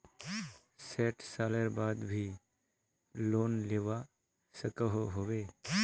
सैट सालेर बाद भी लोन मिलवा सकोहो होबे?